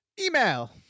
Email